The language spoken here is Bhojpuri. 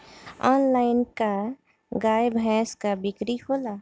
आनलाइन का गाय भैंस क बिक्री होला?